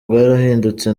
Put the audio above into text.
bwarahindutse